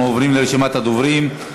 אנחנו עוברים לרשימת הדוברים.